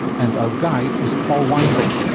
and our guide is paul weindling,